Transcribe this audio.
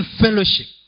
fellowship